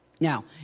Now